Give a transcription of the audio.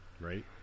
Right